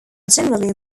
generally